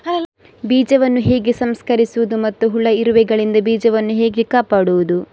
ಬೀಜವನ್ನು ಹೇಗೆ ಸಂಸ್ಕರಿಸುವುದು ಮತ್ತು ಹುಳ, ಇರುವೆಗಳಿಂದ ಬೀಜವನ್ನು ಹೇಗೆ ಕಾಪಾಡುವುದು?